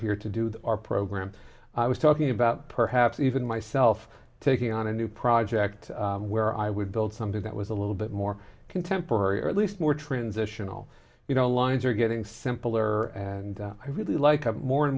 here to do with our program i was talking about perhaps even myself taking on a new project where i would build something that was a little bit more contemporary or at least more transitional you know lines are getting simpler and i really like more and